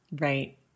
Right